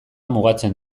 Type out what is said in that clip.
mugatzen